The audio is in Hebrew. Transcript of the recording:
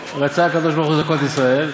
רצה הקדוש ברוך הוא לזכות את ישראל,